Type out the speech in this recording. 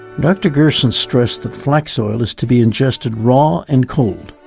dr. gerson stressed that flax oil is to be ingested raw and cold.